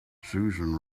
susan